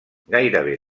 gairebé